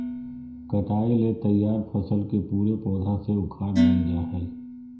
कटाई ले तैयार फसल के पूरे पौधा से उखाड़ लेल जाय हइ